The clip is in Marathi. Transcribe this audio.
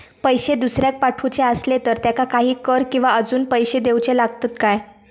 पैशे दुसऱ्याक पाठवूचे आसले तर त्याका काही कर किवा अजून पैशे देऊचे लागतत काय?